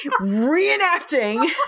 reenacting